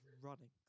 running